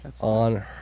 on